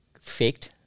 faked